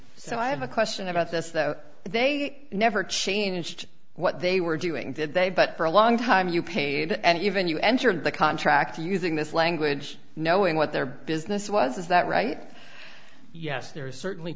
so i have a question about this that they never changed what they were doing did they but for a long time you paid and even you entered the contract using this language knowing what their business was is that right yes there is certainly